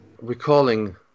Recalling